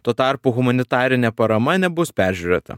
tuo tarpu humanitarinė parama nebus peržiūrėta